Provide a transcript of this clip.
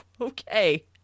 okay